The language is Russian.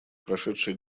прошедший